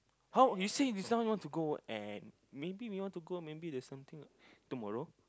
how you say just now you want to go and maybe you want to go maybe the same thing tomorrow